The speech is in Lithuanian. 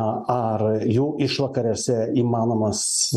ar jų išvakarėse įmanomas